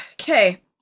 Okay